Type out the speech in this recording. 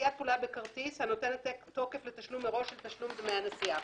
עשיית פעולה בכרטיס הנותנת תוקף לתשלום מראש של תשלום דמי נסיעה."